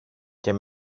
και